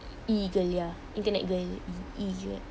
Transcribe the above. E girl ya internet girl E girl